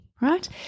right